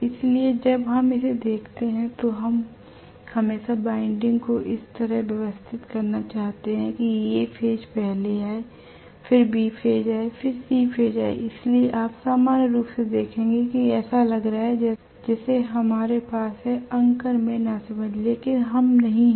इसलिए जब हम इसे देखते हैं तो हम हमेशा वाइंडिंग को इस तरह व्यवस्थित करना चाहते हैं कि A फेज पहले आए फिर B फेज आए फिर C फेज आए इसलिए आप सामान्य रूप से देखेंगे कि ऐसा लग रहा है जैसे हमारे पास है अंकन में नासमझ लेकिन हम नहीं हैं